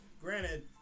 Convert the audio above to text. Granted